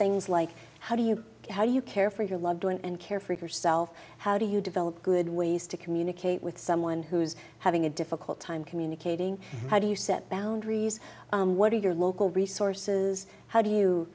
things like how do you how do you care for your loved one and care for yourself how do you develop good ways to communicate with someone who's having a difficult time communicating how do you set boundaries what are your local resources how do you